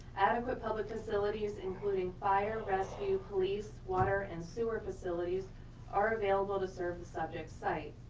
adequate public facilities including fire rescue, police, water and sewer facilities are available to serve the subject site.